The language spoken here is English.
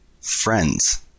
Friends